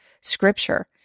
scripture